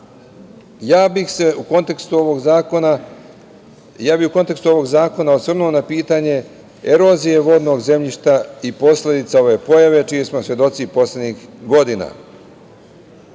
prirode. U kontekstu ovog zakona, osvrnuo bih se na pitanje, erozije vodnog zemljišta i posledica ove pojave, čiji smo svedoci poslednjih godina.